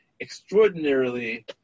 extraordinarily